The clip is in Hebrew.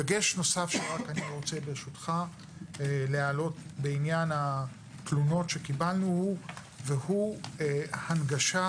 דגש נוסף שאני רוצה להעלות בעניין התלונות שקיבלנו והוא הנגשה,